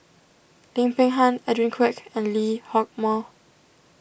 Lim Peng Han Edwin Koek and Lee Hock Moh